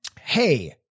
Hey